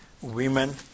women